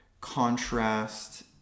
contrast